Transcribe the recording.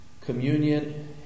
communion